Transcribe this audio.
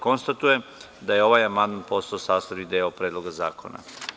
Konstatujem da je ovaj amandman postao sastavni deo Predloga zakona.